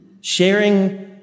Sharing